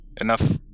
Enough